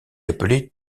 appelé